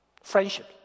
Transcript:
Friendship